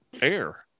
air